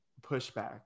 pushback